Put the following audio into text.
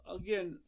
again